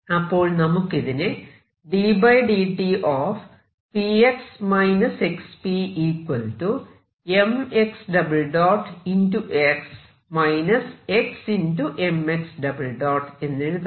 അപ്പോൾ നമുക്കിതിനെ എന്നെഴുതാം